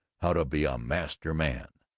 how to be a master man!